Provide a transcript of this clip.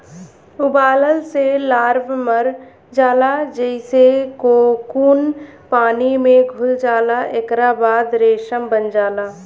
उबालला से लार्वा मर जाला जेइसे कोकून पानी में घुल जाला एकरा बाद रेशम बन जाला